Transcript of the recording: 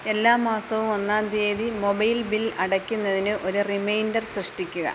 എല്ലാ മാസവും ഒന്നാം തീയതി മൊബൈൽ ബിൽ അടയ്ക്കുന്നതിന് ഒരു റിമൈൻഡർ സൃഷ്ടിക്കുക